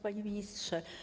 Panie Ministrze!